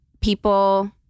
people